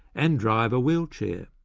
and drive a wheelchair.